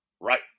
Right